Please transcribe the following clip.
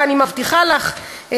אני מבטיחה לך,